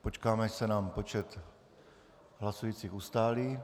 Počkáme, až se nám počet hlasujících ustálí.